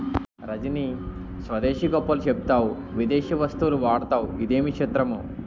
రజనీ స్వదేశీ గొప్పలు చెప్తావు విదేశీ వస్తువులు వాడతావు ఇదేమి చిత్రమో